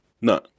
No